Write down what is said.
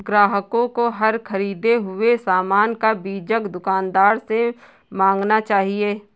ग्राहकों को हर ख़रीदे हुए सामान का बीजक दुकानदार से मांगना चाहिए